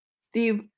Steve